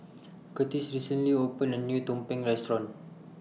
Kurtis recently opened A New Tumpeng Restaurant